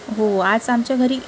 हो आज आमच्या घरी